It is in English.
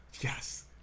Yes